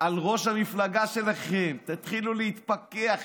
על ראש המפלגה שלכם, תתחילו להתפקח.